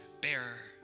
bearer